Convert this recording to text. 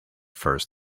first